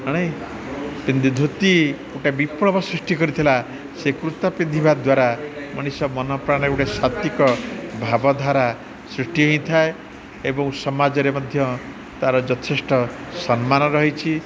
ମାନେ ଧୋତି ଗୋଟେ ବିପ୍ଳବ ସୃଷ୍ଟି କରିଥିଲା ସେ କୁର୍ତ୍ତା ପିନ୍ଧିବା ଦ୍ୱାରା ମଣିଷ ମନ ପ୍ରାଣରେ ଗୋଟେ ଶତିକ ଭାବଧାରା ସୃଷ୍ଟି ହୋଇଥାଏ ଏବଂ ସମାଜରେ ମଧ୍ୟ ତାର ଯଥେଷ୍ଟ ସମ୍ମାନ ରହିଛି